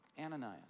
Ananias